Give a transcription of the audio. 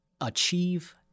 achieve